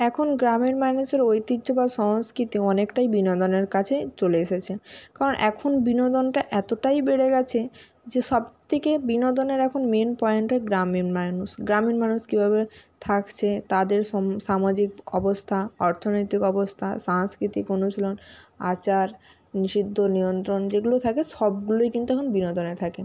এখন গ্রামের মানুষের ঐতিহ্য বা সংস্কৃতি অনেকটাই বিনোদনের কাছে চলে এসেছে কারণ এখন বিনোদনটা এতোটাই বেড়ে গেছে যে সব থেকে বিনোদনের এখন মেন পয়েন্ট হয় গ্রামীণ মানুষ গ্রামীণ মানুষ কীভাবে থাকছে তাদের সামাজিক অবস্থা অর্থনৈতিক অবস্থা সাংস্কৃতিক অনুশীলন আচার নিষিদ্ধ নিয়ন্ত্রণ যেগুলো থাকে সবগুলোই কিন্তু এখন বিনোদনে থাকে